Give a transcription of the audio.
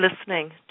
listening